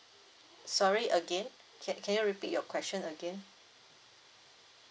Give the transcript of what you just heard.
sorry again can can you repeat your question again